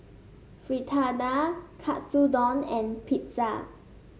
Fritada Katsudon and Pizza